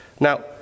now